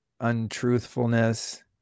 untruthfulness